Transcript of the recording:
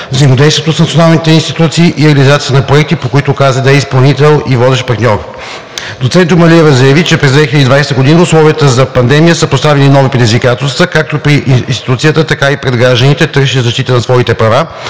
взаимодействието с националните институции и реализацията на проекти, по които КЗД е изпълнител и водещ партньор. Доцент Джумалиева заяви, че през 2020 г. условията на пандемия са поставили нови предизвикателства както пред институцията, така и пред гражданите, търсещи защита на своите права,